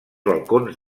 balcons